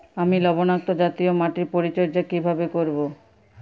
আমি লবণাক্ত জাতীয় মাটির পরিচর্যা কিভাবে করব?